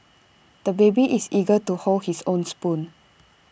the baby is eager to hold his own spoon